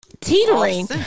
Teetering